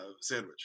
sandwich